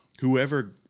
whoever